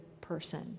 person